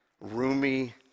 roomy